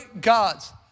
gods